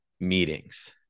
meetings